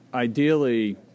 Ideally